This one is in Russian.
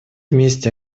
вместе